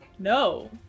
No